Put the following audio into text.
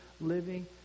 living